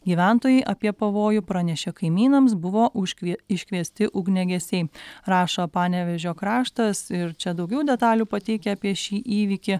gyventojai apie pavojų pranešė kaimynams buvo užkvie iškviesti ugniagesiai rašo panevėžio kraštas ir čia daugiau detalių pateikia apie šį įvykį